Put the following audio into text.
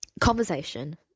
Conversation